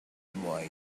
boy